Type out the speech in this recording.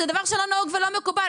זה דבר שלא נהוג ולא מקובל.